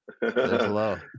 hello